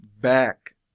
back